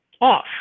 off